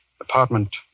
apartment